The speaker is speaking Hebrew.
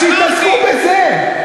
אז שיתעסקו בזה.